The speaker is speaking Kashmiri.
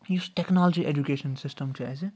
یُس ٹیٚکنالجی ایٚجُکیشَن سِسٹَم چھُ اسہِ